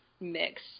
mix